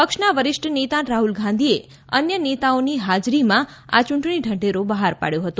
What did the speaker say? પક્ષના વરીષ્ઠ નેતા રાહ્લ ગાંધીએ અન્ય નેતાઓની હાજરીમાં આ યૂંટણી ઢંઢેરો બહાર પાડ્યો હતો